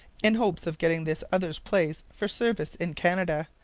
in hopes of getting this other's place for service in canada.